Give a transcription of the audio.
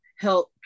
help